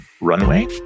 runway